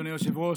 אדוני היושב-ראש,